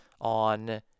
on